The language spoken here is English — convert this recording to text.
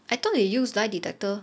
I thought they use lie detector